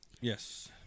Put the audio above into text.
Yes